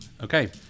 Okay